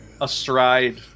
astride